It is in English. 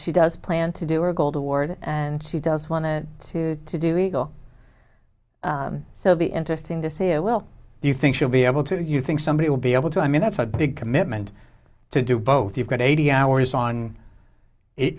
she does plan to do or gold award and she does want to to to do eagle so be interesting to see who will do you think should be able to you think somebody will be able to i mean that's a big commitment to do both you've got eighty hours on it